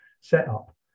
setup